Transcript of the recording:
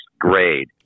grade